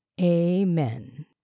Amen